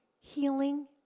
Healing